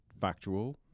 factual